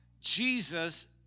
Jesus